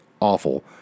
awful